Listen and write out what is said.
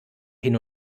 hin